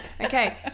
Okay